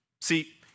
See